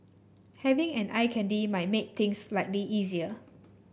having an eye candy might make things slightly easier